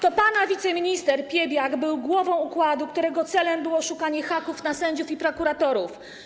To pana wiceminister Piebiak był głową układu, którego celem było szukanie haków na sędziów i prokuratorów.